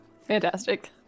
Fantastic